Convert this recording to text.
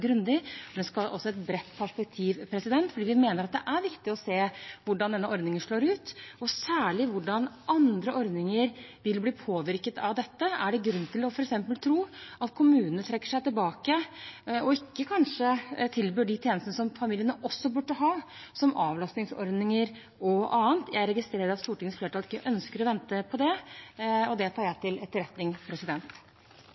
grundig, og det skal også være et bredt perspektiv fordi vi mener at det er viktig å se på hvordan denne ordningen slår ut, og særlig hvordan andre ordninger vil bli påvirket av dette. Er det f.eks. grunn til å tro at kommunene trekker seg tilbake og kanskje ikke tilbyr de tjenestene som familiene også burde ha, som avlastningsordninger og annet? Jeg registrerer at Stortingets flertall ikke ønsker å vente på det, og det tar jeg